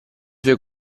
suoi